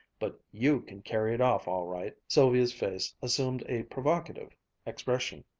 but you can carry it off all right. sylvia's face assumed a provocative expression.